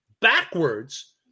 backwards